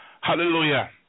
Hallelujah